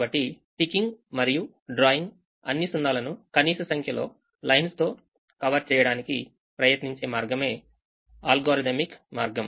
కాబట్టిటికింగ్ మరియు డ్రాయింగ్ అన్ని సున్నాలును కనీస సంఖ్యలో లైన్స్ తో కవర్ చేయడానికి ప్రయత్నించే మార్గమేఅల్గోరిథమిక్ మార్గం